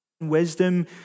wisdom